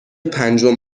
پنجم